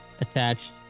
attached